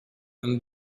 and